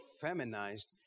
feminized